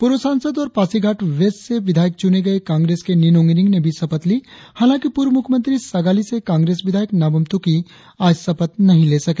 पूर्व सांसद और पासीघाट वेस्ट से विधायक चुने गए कांग्रेस के निनोंग इरिंग ने भी शपथ ली हालाकि पूर्व मुख्यमंत्री सागाली से कांग्रेस विधायक नाबम तुकी आज शपथ नही ले सके